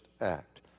act